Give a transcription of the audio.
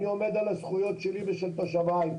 אני עומד על הזכויות שלי ושל תושביי.